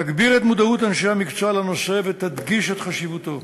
תגביר את מודעות אנשי המקצוע לנושא ותדגיש את חשיבותו.